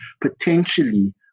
potentially